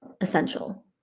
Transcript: essential